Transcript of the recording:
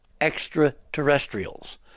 extraterrestrials